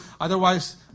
Otherwise